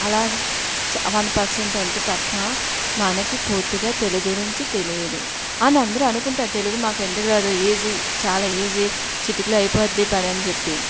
అలా చ one percent అంతే తప్ప మనకి పూర్తిగా తెలుగు గురించి తెలియదు అని అందరూ అనుకుంటారు తెలుగు మాకెందుకు రాదు మా ఈజీ చాలా ఈజీ చిటికెలో అయిపోద్ది పని అని చెప్పి